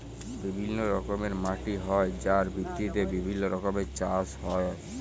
বিভিল্য রকমের মাটি হ্যয় যার ভিত্তিতে বিভিল্য রকমের চাস হ্য়য়